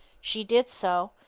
she did so,